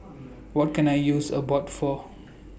What Can I use Abbott For